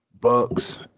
Bucks